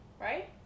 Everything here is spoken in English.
right